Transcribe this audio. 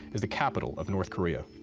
is the capital of north korea?